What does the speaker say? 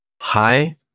Hi